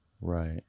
Right